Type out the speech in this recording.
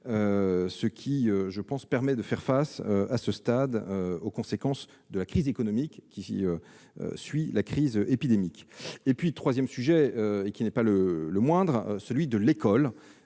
permet, je le crois, de faire face à ce stade aux conséquences de la crise économique qui suit la crise épidémique. Le troisième sujet, qui n'est pas le moindre, concerne l'école.